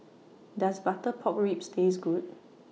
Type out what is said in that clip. Does Butter Pork Ribs Taste Good